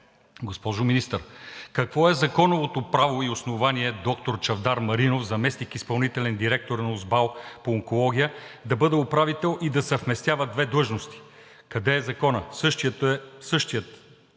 Госпожо Министър, какво е законовото право и основание доктор Чавдар Маринов – заместник изпълнителен директор на УСБАЛ по онкология, да бъде управител и да съвместява две длъжности? Къде е Законът? Същият